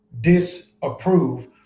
Disapprove